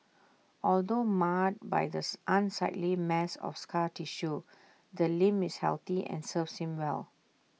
although marred by an unsightly mass of scar tissue the limb is healthy and serves him well